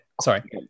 sorry